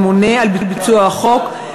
ממונה על ביצוע החוק,